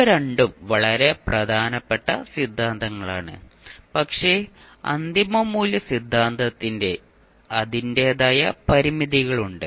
ഇവ രണ്ടും വളരെ പ്രധാനപ്പെട്ട സിദ്ധാന്തങ്ങളാണ് പക്ഷേ അന്തിമ മൂല്യ സിദ്ധാന്തത്തിന് അതിന്റേതായ പരിമിതികളുണ്ട്